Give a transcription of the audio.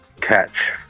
catch